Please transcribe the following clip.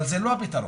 אבל זה לא הפתרון,